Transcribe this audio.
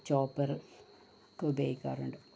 chopper ഒക്കെ ഉപയോഗിക്കാറുണ്ട്